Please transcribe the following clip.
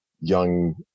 young